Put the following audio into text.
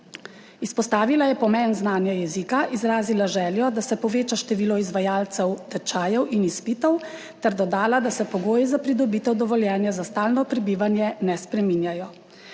Izpostavila je pomen znanja jezika, izrazila željo, da se poveča število izvajalcev tečajev in izpitov ter dodala, da se pogoji za pridobitev dovoljenja za stalno prebivanje ne spreminjajo.